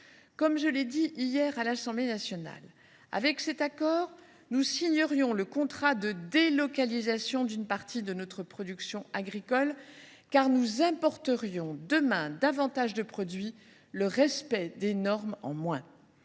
Comme je l’ai dit hier à l’Assemblée nationale, avec cet accord, nous signerions le contrat de délocalisation d’une partie de notre production agricole, car nous importerions, demain, davantage de produits, le respect des normes en moins.